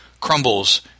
crumbles